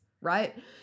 right